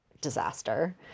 disaster